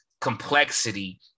complexity